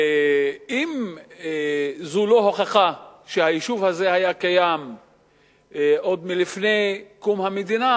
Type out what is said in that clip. אם זו לא הוכחה שהיישוב הזה היה קיים עוד מלפני קום המדינה,